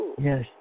Yes